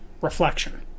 reflection